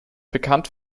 bekannt